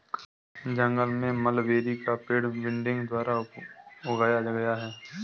जंगल में मलबेरी का पेड़ बडिंग द्वारा उगाया गया है